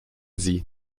sie